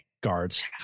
Guards